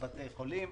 לבתי החולים.